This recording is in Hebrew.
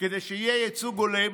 כדי שיהיה ייצוג הולם,